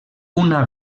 una